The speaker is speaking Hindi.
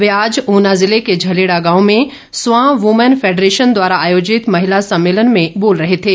वे आज ऊना ज़िले के झलेड़ा गांव में स्वां वूमैन फैडरेशन द्वारा आयोजित महिला सम्मेलन में बोल रहे थे